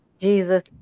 Jesus